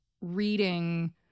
reading